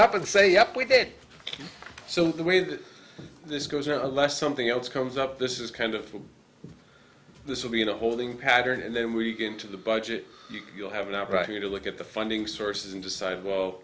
up and say yup we did so the way that this goes out unless something else comes up this is kind of this will be in a holding pattern and then we get into the budget you'll have an opportunity to look at the funding sources and decide